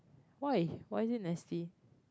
why why is it nasty